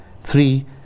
three